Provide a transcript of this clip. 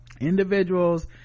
Individuals